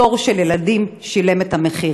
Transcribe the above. דור של ילדים שילם את המחיר.